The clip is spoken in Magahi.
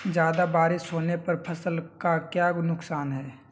ज्यादा बारिस होने पर फसल का क्या नुकसान है?